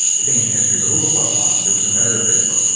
it's ancient history, but google plus launched. it was competitor to facebook.